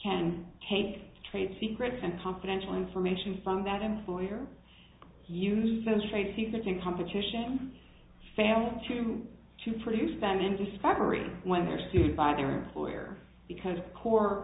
to trade secrets and confidential information from that employer use those trade secrets in competition fail to to produce them in discovery when they are sued by their employer because core